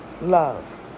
love